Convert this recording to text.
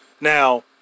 Now